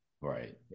Right